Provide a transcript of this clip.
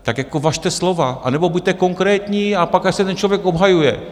Tak jako važte slova, anebo buďte konkrétní a pak ať se ten člověk obhajuje.